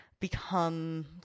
become